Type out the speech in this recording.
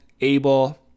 able